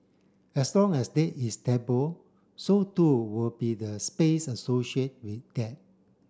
as long as dead is taboo so too will be the space associate with death